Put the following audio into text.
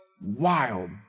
wild